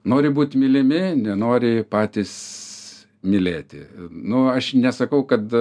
nori būt mylimi nenori patys mylėti nu aš nesakau kad